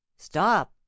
Stop